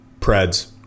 Preds